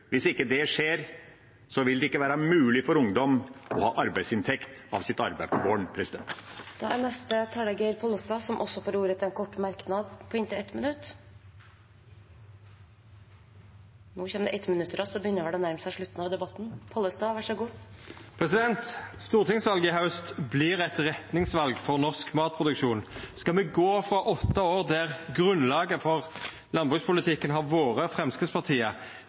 det skjer, vil det ikke være mulig for ungdom å ha arbeidsinntekt av sitt arbeid på gården. Representanten Geir Pollestad har hatt ordet to ganger tidligere og får ordet til en kort merknad, begrenset til 1 minutt. Stortingsvalet i haust vert eit retningsval for norsk matproduksjon. Skal me gå frå åtte år der grunnlaget for landbrukspolitikken har vore Framstegspartiet,